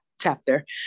chapter